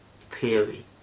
theory